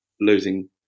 losing